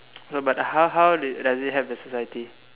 no but how how does it help the society